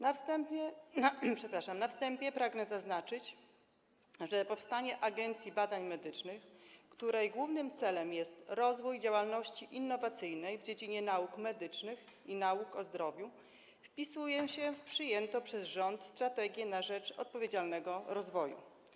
Na wstępie pragnę zaznaczyć, że powstanie Agencji Badań Medycznych, której głównym celem jest rozwój działalności innowacyjnej w dziedzinie nauk medycznych i nauk o zdrowiu, wpisuje się w przyjętą przez rząd „Strategię na rzecz odpowiedzialnego rozwoju”